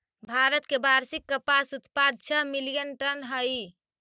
भारत के वार्षिक कपास उत्पाद छः मिलियन टन हई